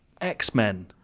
x-men